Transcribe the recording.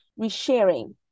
resharing